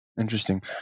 Interesting